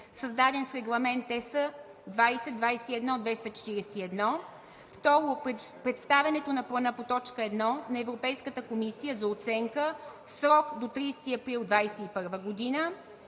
създаден с Регламент (ЕС) 2021/241; 2. представянето на плана по т. 1 на Европейската комисия за оценка, в срок до 30 април 2021 г.; 3.